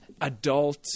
adult